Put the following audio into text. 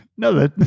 No